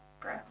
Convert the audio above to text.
Bro